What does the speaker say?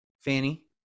Fanny